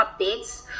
updates